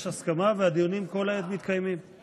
יש הסכמה, והדיונים מתקיימים כל העת.